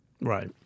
Right